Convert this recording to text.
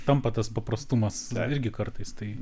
tampa tas paprastumas irgi kartais tai